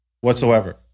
whatsoever